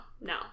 No